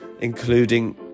including